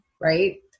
right